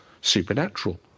supernatural